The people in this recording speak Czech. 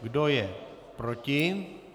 Kdo je proti?